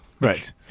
Right